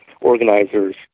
organizers